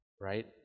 right